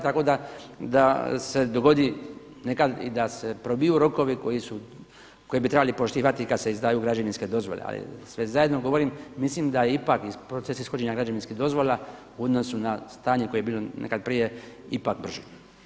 Tako da se dogodi nekad i da se probiju rokovi koji bi trebali poštivati kada se izdaju građevinske dozvole ali sve zajedno govorim, mislim da je ipak proces ishođenja građevinskih dozvola u odnosu na stanje koje je bilo nekad prije ipak brži.